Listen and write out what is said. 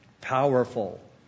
powerful